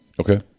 Okay